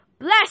Bless